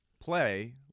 play